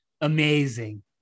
Amazing